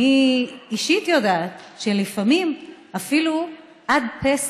אני אישית יודעת שלפעמים אפילו עד פסח.